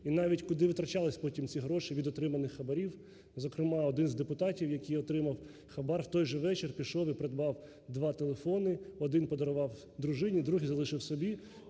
і навіть куди витрачались потім ці гроші від отриманих хабарів. Зокрема, один з депутатів, який отримав хабар, в той же вечір пішов і придбав два телефони: один подарував дружині, другий залишив собі.